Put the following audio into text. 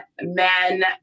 men